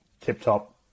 tip-top